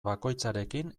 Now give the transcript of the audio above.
bakoitzarekin